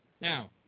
Now